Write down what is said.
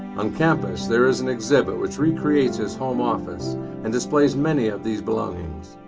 on campus there is an exhibit which recreates his home office and displays many of these belongings.